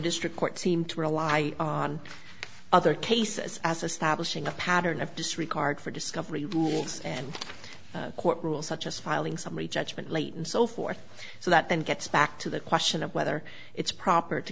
district court seemed to rely on other cases as establishing a pattern of disregard for discovery rules and court rules such as filing summary judgment late and so forth so that then gets back to the question of whether it's proper to